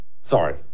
Sorry